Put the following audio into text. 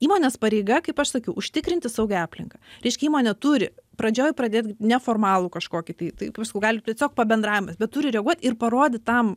įmonės pareiga kaip aš sakiau užtikrinti saugią aplinką reiškia įmonė turi pradžioj pradėt neformalų kažkokį tai tai kaip aš sakau gali tiesiog pabendravimas bet turi reaguot ir parodyt tam